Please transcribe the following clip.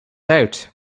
out